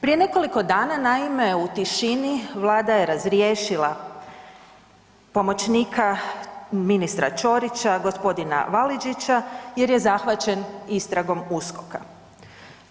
Prije nekoliko dana naime u tišini Vlada je razriješila pomoćnika ministra Ćorića gospodina Validžića jer je zahvaćen istragom USKOK-a.